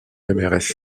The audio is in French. mrs